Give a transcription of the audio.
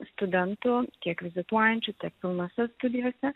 studentų tiek vizituojančių tiek pilnose studijose